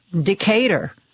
Decatur